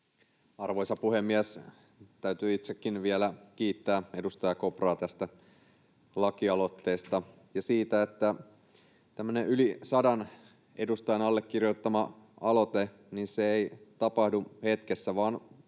Arvoisa puhemies! Täytyy itsekin vielä kiittää edustaja Kopraa tästä lakialoitteesta: tämmöinen yli sadan edustajan allekirjoittama aloite ei tapahdu hetkessä vaan vaatii